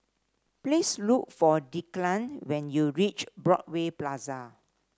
please look for Declan when you reach Broadway Plaza